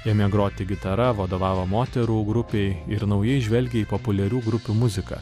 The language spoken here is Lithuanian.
ėmė groti gitara vadovavo moterų grupei ir naujai žvelgė į populiarių grupių muziką